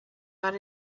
got